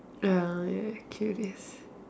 ah curious